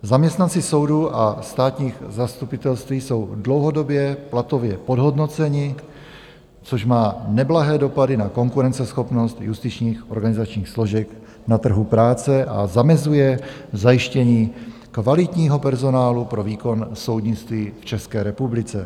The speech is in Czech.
Zaměstnanci soudů a státních zastupitelství jsou dlouhodobě platově podhodnoceni, což má neblahé dopady na konkurenceschopnost justičních organizačních složek na trhu práce a zamezuje zajištění kvalitního personálu pro výkon soudnictví v České republice.